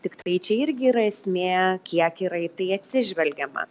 tiktai čia irgi yra esmė kiek yra į tai atsižvelgiama